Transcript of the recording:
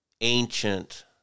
ancient